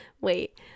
wait